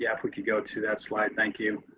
yeah if we could go to that slide, thank you.